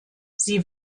sie